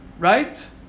Right